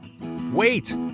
Wait